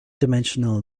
dimensional